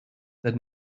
that